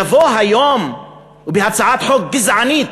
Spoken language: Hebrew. לבוא היום ובהצעת חוק גזענית,